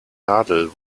nadel